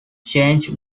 changed